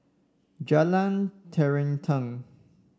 Jalan Terentang